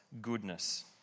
goodness